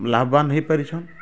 ଲାଭବାନ୍ ହେଇ ପାରିଛନ୍